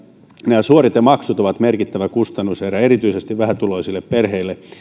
suoritemaksut ovat merkittävä kustannuserä erityisesti vähätuloisille perheille